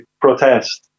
protest